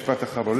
משפט אחרון,